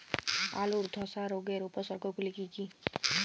আলুর ধসা রোগের উপসর্গগুলি কি কি?